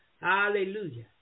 Hallelujah